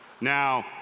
Now